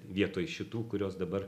vietoj šitų kurios dabar